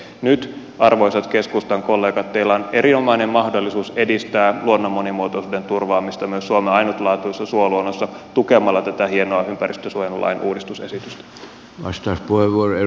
nyt arvoisat keskustan kollegat teillä on erinomainen mahdollisuus edistää luonnon monimuotoisuuden turvaamista myös suomen ainutlaatuisessa suoluonnossa tukemalla tätä hienoa ympäristönsuojelulain uudistusesitystä